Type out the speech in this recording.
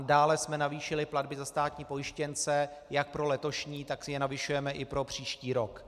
Dále jsme navýšili platby za státní pojištěnce jak pro letošní, tak je navyšujeme i pro příští rok.